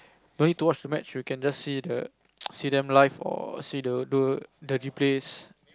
don't need to watch the match you can just see the see them live or see the the the replays